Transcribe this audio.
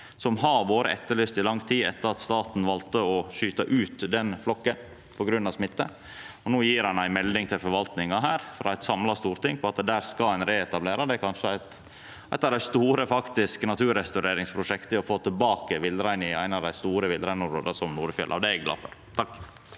som har vore etterlyst i lang tid etter at staten valde å skyta ut den flokken på grunn av smitte. No gjev ein ei melding til forvaltninga frå eit samla storting om at der skal ein reetablera. Det er kanskje eit av dei store, faktiske naturrestaureringsprosjekta for å få tilbake villreinen i eit av dei store villreinområda, som Nordfjella er. Det er eg glad for. Ola